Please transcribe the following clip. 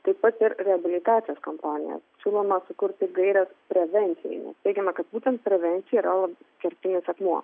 taip pat ir reabilitacijos kampanija siūloma sukurti gaires prevencijai teigiama kad būtent prevencija yra kertinis akmuo